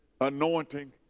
anointing